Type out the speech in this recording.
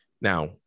Now